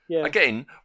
Again